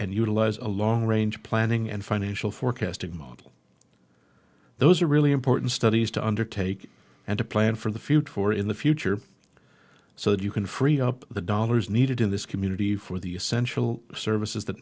and utilize a long range planning and financial forecasting model those are really important studies to undertake and to plan for the future for in the future so that you can free up the dollars needed in this community for the essential services that